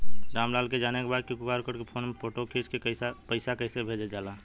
राम लाल के जाने के बा की क्यू.आर कोड के फोन में फोटो खींच के पैसा कैसे भेजे जाला?